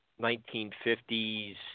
1950s